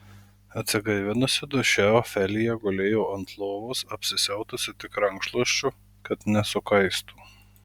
atsigaivinusi duše ofelija gulėjo ant lovos apsisiautusi tik rankšluosčiu kad nesukaistų